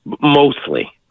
Mostly